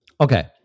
Okay